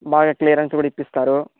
బాగా క్లియరెన్స్ కూడా ఇప్పిస్తారు